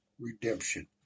redemption